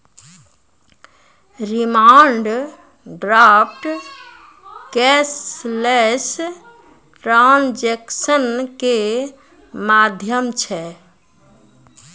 demand draft cashless transaction के माध्यम छै